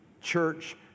church